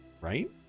right